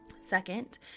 Second